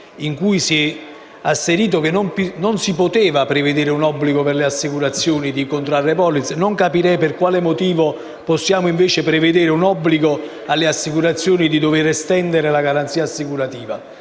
in cui è stato asserito che non si poteva prevedere un obbligo per le assicurazioni di contrarre polizze, non capisco per quale motivo possiamo invece prevedere un obbligo per le assicurazioni di estendere la garanzia assicurativa.